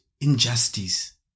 injustice